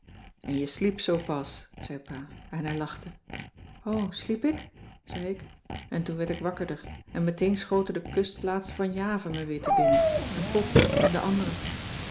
en je sliep zoopas zei pa en hij lachte o sliep ik zei ik en toen werd ik wakkerder en meteen schoten de kustplaatsen van java me weer te binnen en pop en de anderen